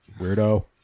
Weirdo